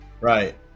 Right